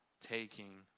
taking